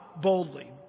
boldly